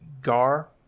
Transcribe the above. gar